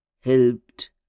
helped